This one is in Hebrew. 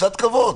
קצת כבוד.